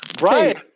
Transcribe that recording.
right